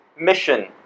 mission